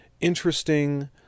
interesting